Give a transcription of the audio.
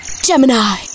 Gemini